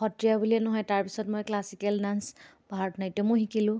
সত্ৰীয়া বুলিয়েই নহয় তাৰপিছত মই ক্লাছিকেল ডাঞ্চ ভাৰত নাট্যমো শিকিলোঁ